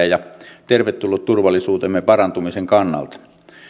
ja tervetullut turvallisuutemme parantumisen kannalta